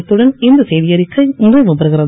இத்துடன் இந்த செய்திஅறிக்கை நிறைவுபெறுகிறது